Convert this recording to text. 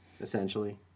essentially